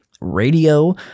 radio